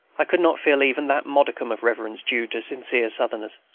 i could not feel even that modicum of reverence due to sincere southerners.